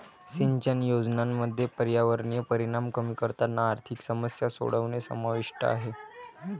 सिंचन योजनांमध्ये पर्यावरणीय परिणाम कमी करताना आर्थिक समस्या सोडवणे समाविष्ट आहे